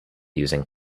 using